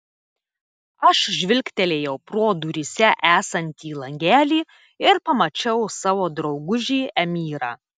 aš žvilgtelėjau pro duryse esantį langelį ir pamačiau savo draugužį emyrą